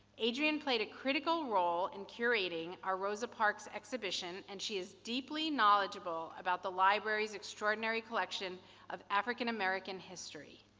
adrienne played a critical role in curating our rosa parks exhibition and she is deeply knowledgeable about the library's extraordinary collection of african american history.